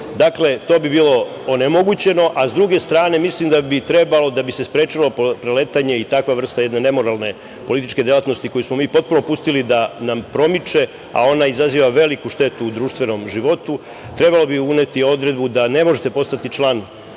Dakle, to bi bilo onemogućeno.S druge strane, mislim da bi trebalo, da bi se sprečilo preletanje i takva vrsta jedne nemoralne političke delatnosti, koju smo mi potpuno pustili da nam promiče, a ona izaziva veliku štetu u društvenom životu, uneti uredbu da ne možete postati član